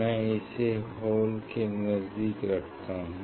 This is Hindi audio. मैं इसे होल के नजदीक रखता हूँ